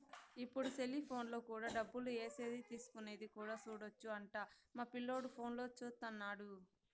ఇప్పుడు సెలిపోనులో కూడా డబ్బులు ఏసేది తీసుకునేది కూడా సూడొచ్చు అంట మా పిల్లోడు ఫోనులో చూత్తన్నాడు